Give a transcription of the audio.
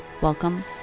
Welcome